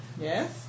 Yes